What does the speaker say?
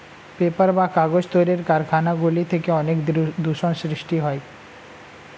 paper বা কাগজ তৈরির কারখানা গুলি থেকে অনেক দূষণ সৃষ্টি হয়